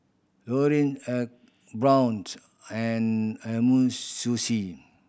Laurier ecoBrown's and Umisushi